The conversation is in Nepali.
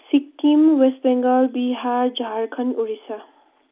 सिक्किम वेस्ट बङ्गाल बिहार झारखण्ड ओडिसा